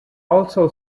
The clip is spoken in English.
also